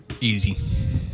easy